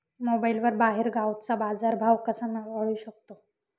मोबाईलवर बाहेरगावचा बाजारभाव कसा कळू शकतो?